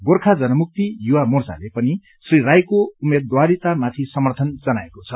गोर्खा जनमुक्ति युवा मोर्चाले पनि श्री राईको उम्मेद्वारितामाथि समर्थन जनाएको छ